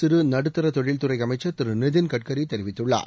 சிறு நடுத்தர தொழில்துறை அமைச்சர் திரு நிதின்கட்கரி தெரிவித்துள்ளார்